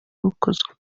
bukozwe